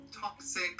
toxic